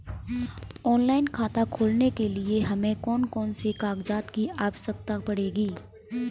Online खाता खोलने के लिए हमें कौन कौन से कागजात की आवश्यकता पड़ेगी?